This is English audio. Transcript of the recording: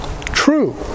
True